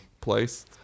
place